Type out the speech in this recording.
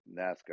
NASCAR